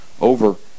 over